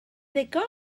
ddigon